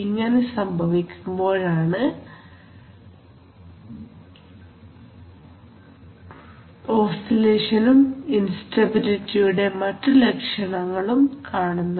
ഇങ്ങനെ സംഭവിക്കുമ്പോഴാണ് ഓസിലേഷനും ഇൻസ്റ്റബിലിറ്റിയുടെ മറ്റു ലക്ഷണങ്ങളും കാണുന്നത്